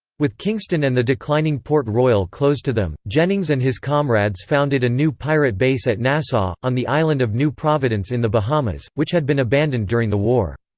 with kingston and the declining port royal closed to them, jennings and his comrades founded a new pirate base at nassau, on the island of new providence in the bahamas, which had been abandoned during the war.